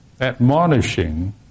admonishing